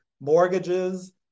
Mortgages